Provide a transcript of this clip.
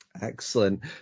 excellent